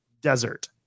desert